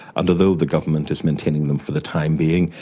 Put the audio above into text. and although the government is maintaining them for the time being,